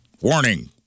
warning